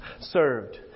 served